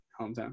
hometown